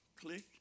click